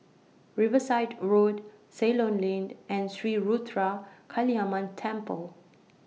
Riverside Road Ceylon Lane and Sri Ruthra Kaliamman Temple